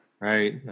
Right